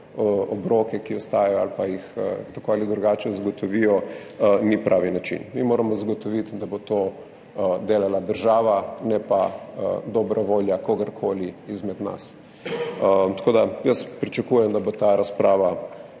obroke, ki ostajajo ali pa jih tako ali drugače zagotovijo, ni pravi način. Mi moramo zagotoviti, da bo to delala država, ne pa dobra volja kogarkoli izmed nas. Tako da jaz pričakujem, da bo ta razprava